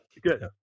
Good